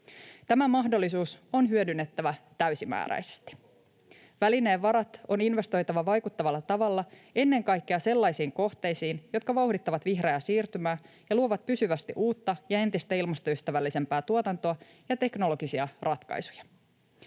Tämä mahdollisuus on hyödynnettävä täysimääräisesti. Välineen varat on investoitava vaikuttavalla tavalla ennen kaikkea sellaisiin kohteisiin, jotka vauhdittavat vihreää siirtymää ja luovat pysyvästi uutta ja entistä ilmastoystävällisempää tuotantoa ja teknologisia ratkaisuja.